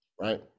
right